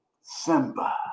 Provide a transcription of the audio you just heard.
Simba